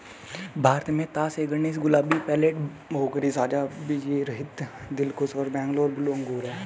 भारत में तास ए गणेश, गुलाबी, पेर्लेट, भोकरी, साझा बीजरहित, दिलखुश और बैंगलोर ब्लू अंगूर हैं